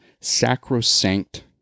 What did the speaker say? sacrosanct